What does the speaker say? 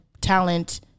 talent